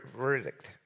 verdict